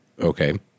Okay